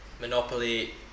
Monopoly